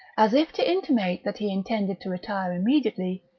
as if to intimate that he intended to retire immediately,